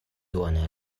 duone